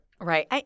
Right